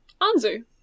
Anzu